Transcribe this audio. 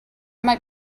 might